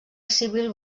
civil